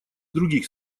других